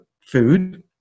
food